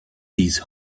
these